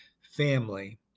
family